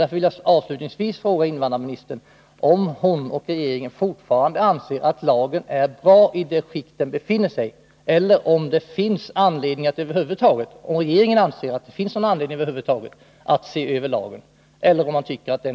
Därför vill jag avslutningsvis fråga invandrarministern om hon och regeringen fortfarande anser att lagen är bra i nuvarande skick eller om regeringen anser att det över huvud taget finns anledning att se över lagen.